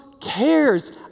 cares